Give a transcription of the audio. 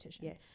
Yes